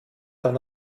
dann